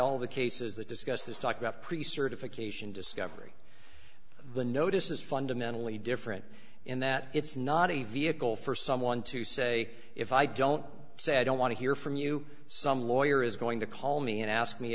all the cases that discuss this talk about pre certified cation discovery the notice is fundamentally different in that it's not a vehicle for someone to say if i don't say i don't want to hear from you some lawyer is going to call me and ask me